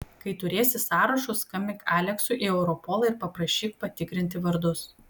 kai turėsi sąrašus skambink aleksui į europolą ir paprašyk patikrinti vardus